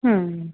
ਹੂੰ